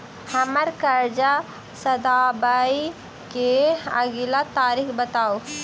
हम्मर कर्जा सधाबई केँ अगिला तारीख बताऊ?